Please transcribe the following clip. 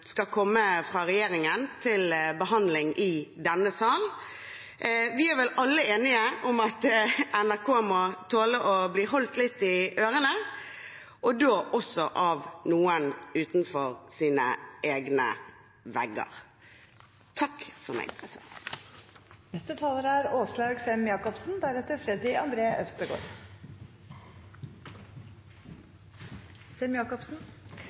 fra regjeringen til behandling i denne sal. Vi er vel alle enige om at NRK må tåle å bli holdt litt i ørene – også av noen utenfor sine egne vegger. Kringkastingsrådet er et litt over gjennomsnittet interessant tema for meg.